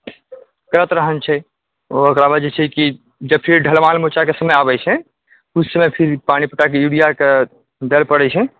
करत रहन छै ओकरामे जे छै कि जब धलावेके समय अबै छै उस समय फिर पानि पटाके युरियाके दए पड़ै छै